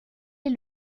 est